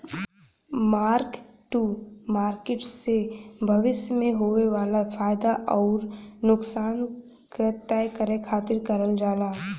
mark to market से भविष्य में होये वाला फयदा आउर नुकसान क तय करे खातिर करल जाला